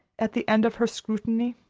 at the end of her scrutiny.